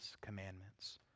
commandments